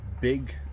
big